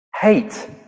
Hate